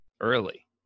early